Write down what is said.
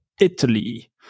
Italy